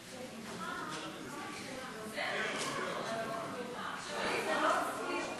ההסתייגות (17) של קבוצת סיעת המחנה הציוני,